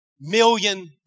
million